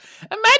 Imagine